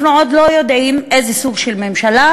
אנחנו עוד לא יודעים איזה סוג של ממשלה,